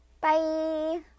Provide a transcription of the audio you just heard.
bye